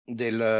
del